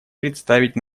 представить